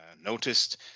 noticed